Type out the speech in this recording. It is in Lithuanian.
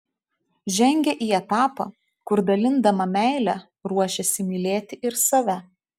žengia į etapą kur dalindama meilę ruošiasi mylėti ir save